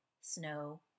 snow